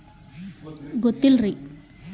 DBT ಅಂದ್ರ ಏನ್ರಿ?